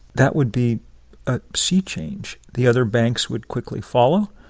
that would be a sea change. the other banks would quickly follow.